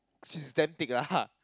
she is damn thick lah